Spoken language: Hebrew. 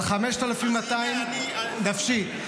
על 5,200 נפשי,